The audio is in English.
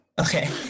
Okay